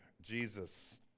Jesus